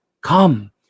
come